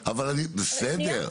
בסדר.